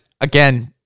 again